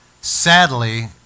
sadly